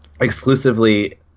exclusively